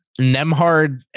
Nemhard